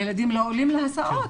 הילדים לא עולים להסעות.